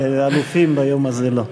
לאלופים, ביום הזה, לא.